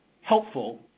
helpful